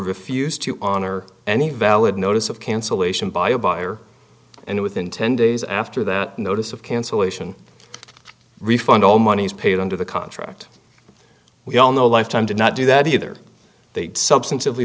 refuse to honor any valid notice of cancellation by a buyer and within ten days after that notice of cancellation refund all monies paid under the contract we all know lifetime did not do that either they substantive